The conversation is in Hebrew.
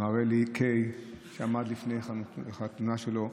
מר אלי קיי, שעמד לפני החתונה שלו.